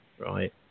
right